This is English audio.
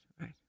right